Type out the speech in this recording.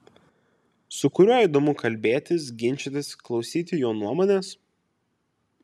su kuriuo įdomu kalbėtis ginčytis klausyti jo nuomonės